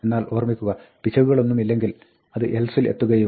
എന്നാൽ ഓർമ്മിക്കുക പിശകുകളൊന്നുമില്ലെങ്കിൽ അത് എൽസിൽ എത്തുകയും ചെയ്യും